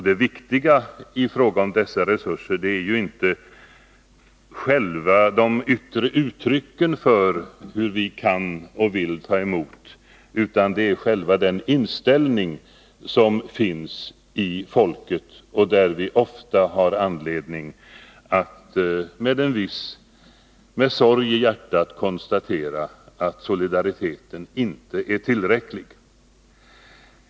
Det viktiga i fråga om dessa resurser är ju inte själva de yttre uttrycken för hur vi kan och vill ta emot, utan det är själva den inställning som finns bland folket. Vi har ofta anledning att med sorg i hjärtat konstatera att solidariteten inte är tillräcklig.